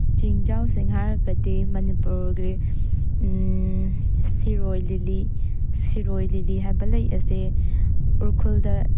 ꯆꯤꯡꯖꯥꯎꯁꯤꯡ ꯍꯥꯏꯔꯒꯤꯗꯤ ꯃꯅꯤꯄꯨꯔꯒꯤ ꯁꯤꯔꯣꯏ ꯂꯤꯂꯤ ꯁꯤꯔꯣꯏ ꯂꯤꯂꯤ ꯍꯥꯏꯕ ꯂꯩ ꯑꯁꯦ ꯎꯔꯈꯨꯜꯗ